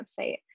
website